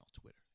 Twitter